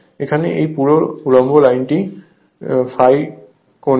এখানে এই পুরো উল্লম্ব লাইনটি ∅ কোণের